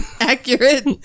accurate